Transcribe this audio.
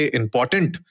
important